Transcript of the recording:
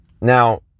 Now